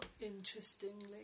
Interestingly